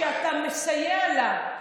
כשאתה מסייע לה,